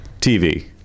TV